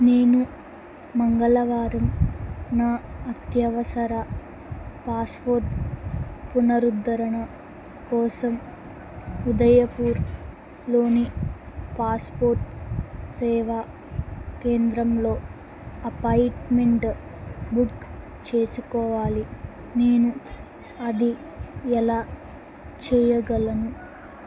నేను మంగళవారం నా అత్యవసర పాస్పోర్ట్ పునరుద్ధరణ కోసం ఉదయపూర్లోని పాస్పోర్ట్ సేవా కేంద్రంలో అపాయిట్మెంట్ బుక్ చేసుకోవాలి నేను అది ఎలా చెయ్యగలను